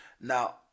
now